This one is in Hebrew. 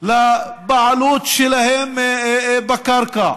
לבעלות שלהם בקרקע,